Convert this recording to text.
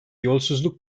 yolsuzluk